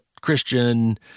Christian